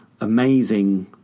amazing